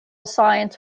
science